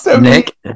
Nick